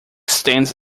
stands